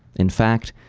in fact,